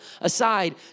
aside